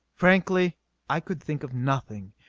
frankly i could think of nothing.